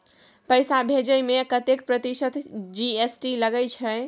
पैसा भेजै में कतेक प्रतिसत जी.एस.टी लगे छै?